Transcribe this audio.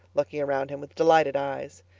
looking around him with delighted eyes.